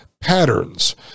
patterns